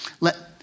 Let